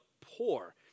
poor